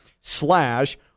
slash